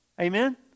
Amen